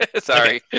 Sorry